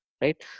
right